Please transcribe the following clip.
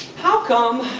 how come,